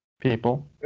people